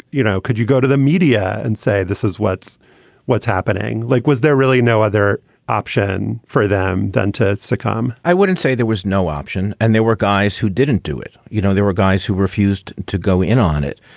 you know, could you go to the media and say, this is what's what's happening? like, was there really no other option for them than to starcom? so like um i wouldn't say there was no option. and there were guys who didn't do it. you know, there were guys who refused to go in on it.